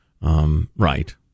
Right